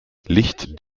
licht